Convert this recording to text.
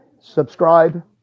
Subscribe